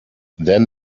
then